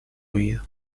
oído